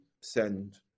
send